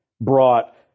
brought